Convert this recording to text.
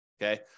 Okay